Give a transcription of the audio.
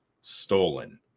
stolen